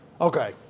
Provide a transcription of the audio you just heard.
Okay